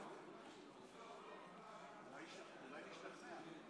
אנחנו עוברים להצעת החוק הבאה,